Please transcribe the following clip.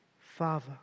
Father